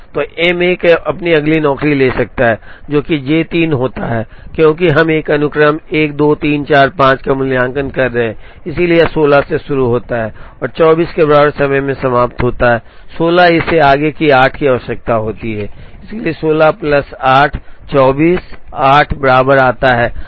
तो एम 1 अपनी अगली नौकरी ले सकता है जो कि जे 3 होता है क्योंकि हम एक अनुक्रम 1 2 3 4 5 का मूल्यांकन कर रहे हैं इसलिए यह 16 से शुरू होता है और 24 के बराबर समय में समाप्त होता है 16 इसे आगे 8 की आवश्यकता होती है इसलिए 16 प्लस 8 24 8 बाहर आता है